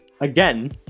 again